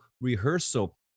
rehearsal